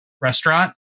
restaurant